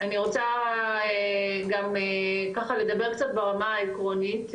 אני רוצה גם ככה לדבר קצת ברמה העקרונית,